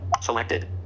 selected